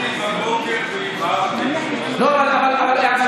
את זה כבר עשיתי בבוקר, והבהרתי זאת.